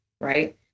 right